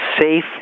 safe